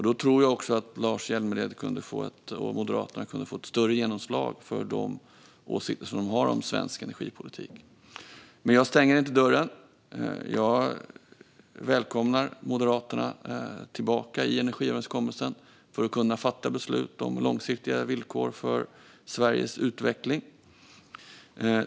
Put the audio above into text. Då tror jag också att Lars Hjälmered och Moderaterna skulle få större genomslag för de åsikter de har om svensk energipolitik. Jag stänger inte dörren. Jag välkomnar Moderaterna tillbaka till energiöverenskommelsen för att kunna fatta beslut om långsiktiga villkor för Sveriges utveckling.